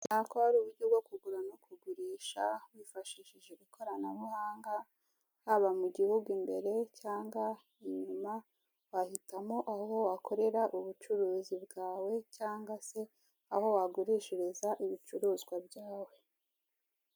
Bigaragara ko hari uburyo bwo kugura no kugurisha wifashishije ikoranabuhanga haba mu gihugu imbere cyangwa inyuma, wahitamo aho wakorera ubucuruzi bwawe cyangwa se aho wagurishiriza ibicuruzwa byawe.